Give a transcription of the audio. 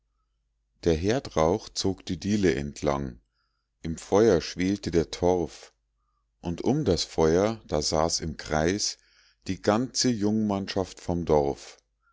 der herdrauch zog die diele entlang im feuer schwelte der torf und um das feuer da saß im kreis die ganze jungmannschaft vom dorf